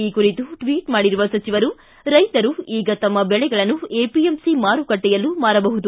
ಈ ಕುರಿತು ಟ್ವಿಟ್ ಮಾಡಿರುವ ಸಚಿವರು ರೈತರು ಈಗ ತಮ್ಮ ಬೆಳೆಗಳನ್ನು ಎಪಿಎಂಸಿ ಮಾರುಕಟ್ವೆಯಲ್ಲೂ ಮಾರಬಹುದು